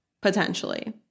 potentially